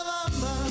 Bamba